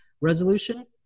resolution